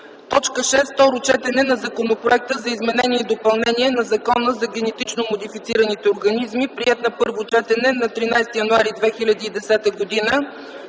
6. Второ четене на Законопроекта за изменение и допълнение на Закона за генетично модифицираните организми, приет на първо четене на 13 януари 2010 г.